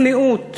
צניעות